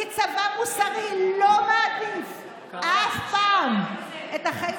כי צבא מוסרי לא מעדיף אף פעם את החיים